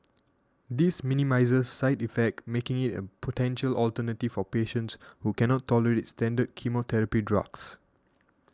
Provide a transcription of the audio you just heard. this minimises side effects making it a potential alternative for patients who cannot tolerate standard chemotherapy drugs